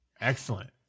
Excellent